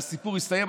והסיפור הסתיים.